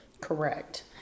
Correct